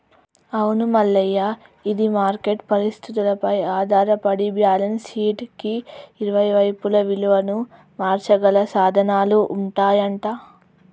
అవును మల్లయ్య ఇది మార్కెట్ పరిస్థితులపై ఆధారపడి బ్యాలెన్స్ షీట్ కి ఇరువైపులా విలువను మార్చగల సాధనాలు ఉంటాయంట